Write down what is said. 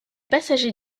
passagers